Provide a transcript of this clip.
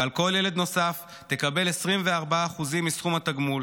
ועל כל ילד נוסף היא תקבל 24% מסכום התגמול,